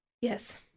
Yes